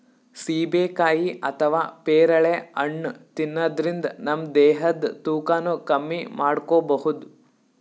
ಸೀಬೆಕಾಯಿ ಅಥವಾ ಪೇರಳೆ ಹಣ್ಣ್ ತಿನ್ನದ್ರಿನ್ದ ನಮ್ ದೇಹದ್ದ್ ತೂಕಾನು ಕಮ್ಮಿ ಮಾಡ್ಕೊಬಹುದ್